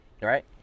right